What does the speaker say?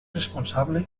responsable